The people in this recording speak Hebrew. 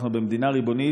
אנחנו במדינה ריבונית,